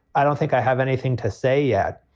i don't think i have anything to say yet